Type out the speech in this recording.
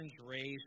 raised